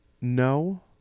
no